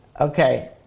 Okay